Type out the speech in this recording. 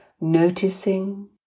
noticing